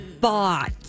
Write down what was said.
bought